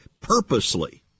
purposely